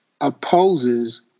opposes